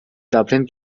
dublin